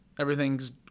everything's